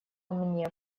мне